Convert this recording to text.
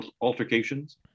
altercations